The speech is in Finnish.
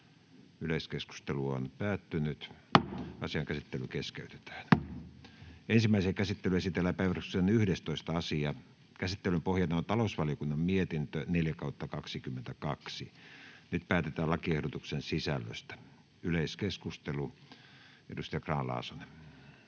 vp. Nyt päätetään lakiehdotuksen sisällöstä. Ensimmäiseen käsittelyyn esitellään päiväjärjestyksen 11. asia. Käsittelyn pohjana on talousvaliokunnan mietintö TaVM 4/2022 vp. Nyt päätetään lakiehdotuksen sisällöstä. — Yleiskeskustelu, edustaja Grahn-Laasonen.